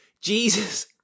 Jesus